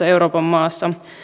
euroopan maassa